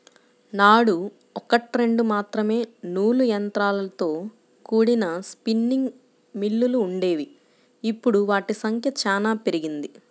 నాడు ఒకట్రెండు మాత్రమే నూలు యంత్రాలతో కూడిన స్పిన్నింగ్ మిల్లులు వుండేవి, ఇప్పుడు వాటి సంఖ్య చానా పెరిగింది